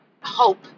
hope